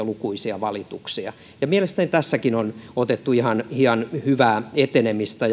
lukuisia valituksia mielestäni tässäkin on otettu ihan ihan hyvää etenemistä